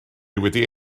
wedi